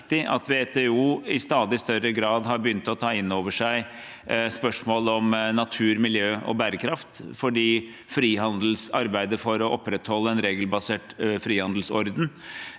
at WTO i stadig større grad har begynt å ta inn over seg spørsmål om natur, miljø og bærekraft, for arbeidet for å opprettholde en regelbasert frihandelsorden